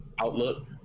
outlook